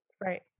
right